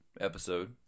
episode